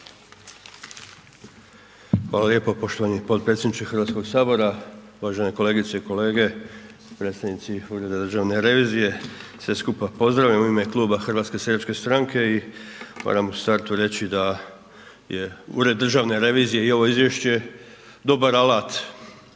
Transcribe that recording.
Hvala lijepa poštovani potpredsjedniče Hrvatskoga sabora, uvažene kolegice i kolege, predstavnici Ureda državne revizije, sve skupa pozdravljam u ime kluba HSS-a. I moram u startu reći da je Ured državne revizije i ovo izvješće dobar alat Vladi